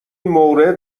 مورد